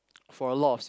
for a lot of